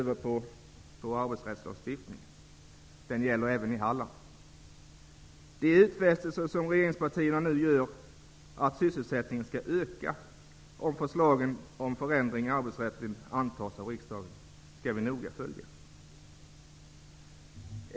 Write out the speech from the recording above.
Herr talman! Arbetsrättslagstiftningen gäller även i Halland. Vi skall noga följa de utfästelser som regeringspartierna nu gör om att sysselsättningen skall öka, om förslaget om ändringar i arbeträtten antas av riksdagen.